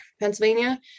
Pennsylvania